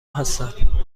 هستم